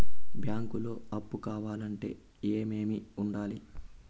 బ్యాంకులో అప్పు కావాలంటే ఏమేమి ఉండాలి?